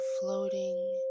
floating